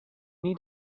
need